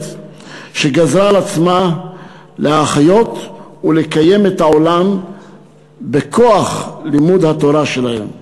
שגזרה על עצמה להחיות ולקיים את העולם בכוח לימוד התורה שלהם.